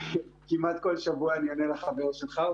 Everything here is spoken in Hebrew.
כמעט כל שבוע אני עונה לחבר שלך,